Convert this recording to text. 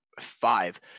five